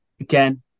again